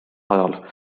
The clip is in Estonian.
ajal